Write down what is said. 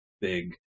big